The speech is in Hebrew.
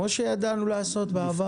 כמו שידענו לעשות בעבר.